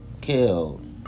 killed